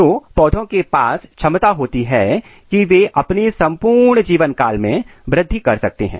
तो पौधों के पास क्षमता होती है कि वे अपने संपूर्ण जीवन काल में वृद्धि कर सकते हैं